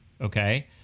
okay